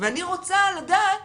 ואני רוצה לדעת